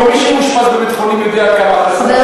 שאושפז בבית-חולים יודע כמה חסרות מיטות,